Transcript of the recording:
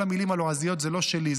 כל המילים הלועזיות זה לא שלי,